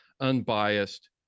unbiased